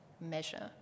measure